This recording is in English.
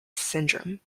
syndrome